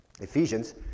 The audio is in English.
Ephesians